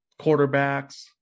quarterbacks